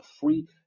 free